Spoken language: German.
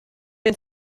den